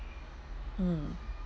mm